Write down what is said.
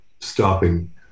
stopping